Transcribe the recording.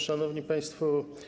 Szanowni Państwo!